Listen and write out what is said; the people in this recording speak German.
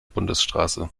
bundesstraße